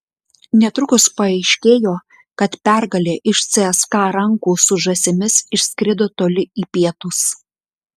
netrukus paaiškėjo kad pergalė iš cska rankų su žąsimis išskrido toli į pietus